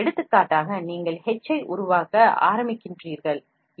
எடுத்துக்காட்டாக நீங்கள் H ஐ உருவாக்க ஆரம்பிக்கின்ரீ கள் இங்கு முடிக்கிறீர்கள்